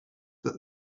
that